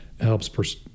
helps